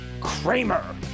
Kramer